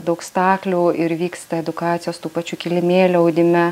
daug staklių ir vyksta edukacijos tų pačių kilimėlių audime